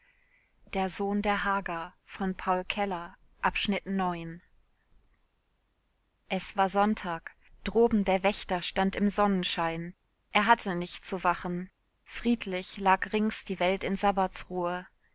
es war sonntag droben der wächter stand im sonnenschein er hatte nicht zu wachen friedlich lag rings die welt in